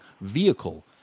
vehicle